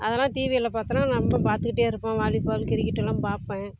அதெல்லாம் டிவியில் பார்த்தோம்னா ரொம்ப பார்த்துட்டே இருப்போம் வாலிபால் கிரிக்கெட் எல்லாம் பார்ப்பேன்